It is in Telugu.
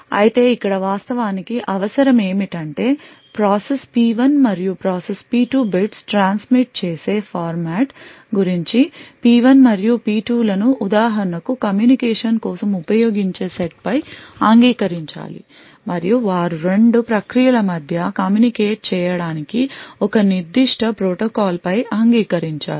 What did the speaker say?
అయితే ఇక్కడ వాస్తవానికి అవసరం ఏమిటంటే ప్రాసెస్ P1 మరియు ప్రాసెస్ P2 bits ట్రాన్స్మిట్ చేసే ఫార్మాట్ గురించి P1 మరియు P2 లను ఉదాహరణకు కమ్యూనికేషన్ కోసం ఉపయోగించే సెట్ పై అంగీకరించాలి మరియు వారు రెండు ప్రక్రియల మధ్య కమ్యూనికేట్ చేయడానికి ఒక నిర్దిష్ట ప్రోటోకాల్పై అంగీకరించాలి